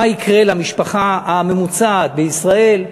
מה יקרה למשפחה הממוצעת בישראל,